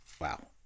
Wow